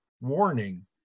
warning